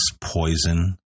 poison